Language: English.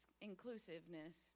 inclusiveness